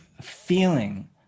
feeling